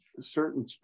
certain